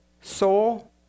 soul